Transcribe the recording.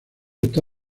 está